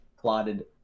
plotted